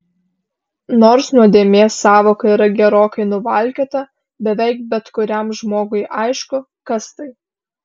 nors nuodėmės sąvoka yra gerokai nuvalkiota beveik bet kuriam žmogui aišku kas tai